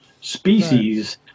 species